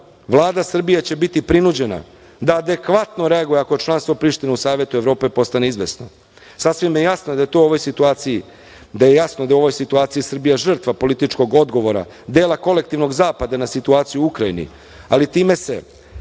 Vlada Srbije će biti prinuđena da adekvatno reaguje ako članstvo Prištine u Savetu Evrope postane izvesno. Sasvim je jasno da je to u ovoj situaciji, da je jasno da je u ovoj situaciji Srbija žrtva političkog odgovora, dela kolektivnog zapada na situaciji u Ukrajini, ali time se